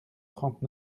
trente